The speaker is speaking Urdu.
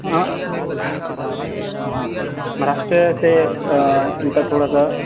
ہاں ہوں مہاراشٹرا سے ان کا تھوڑا سا